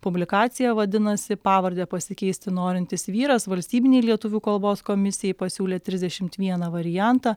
publikacija vadinasi pavardę pasikeisti norintis vyras valstybinei lietuvių kalbos komisijai pasiūlė trisdešimt vieną variantą